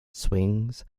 swings